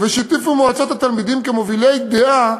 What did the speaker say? ובשיתוף מועצות התלמידים כמובילות דעה